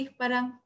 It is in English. parang